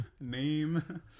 name